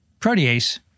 protease